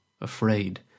afraid